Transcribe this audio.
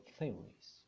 Theories